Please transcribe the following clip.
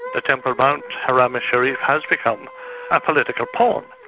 the temple mount, haram al-sharif has become a political pawn.